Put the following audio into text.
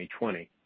2020